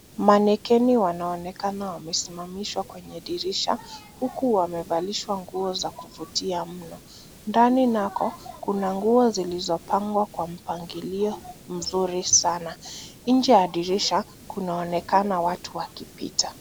Manekeni wanaonekana wamesimamishwa kwenye dirisha huku wamevalishwa nguo za kuvutia mno. Ndani nako kuna nguo zilizopangwa kwa mpangilio mzuri sana. Nje ya dirisha kunaonekana watu wakipita.